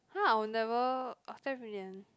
no I'll never of time brilliant